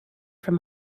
from